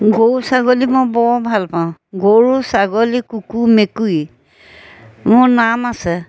গৰু ছাগলী মই বৰ ভালপাওঁ গৰু ছাগলী কুকুৰ মেকুৰী মোৰ নাম আছে